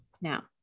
now